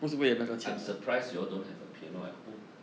I'm surprised you don't have a piano at home